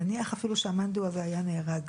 נניח אפילו שהמאן דהוא הזה היה נהרג.